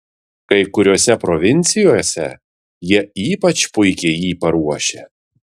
kai kuriose provincijose jie ypač puikiai jį paruošia